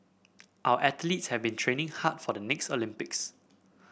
our athletes have been training hard for the next Olympics